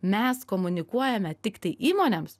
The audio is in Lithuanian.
mes komunikuojame tiktai įmonėms